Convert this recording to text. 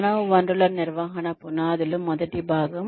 మానవ వనరుల నిర్వహణ పునాదులు మొదటి భాగం